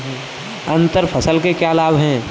अंतर फसल के क्या लाभ हैं?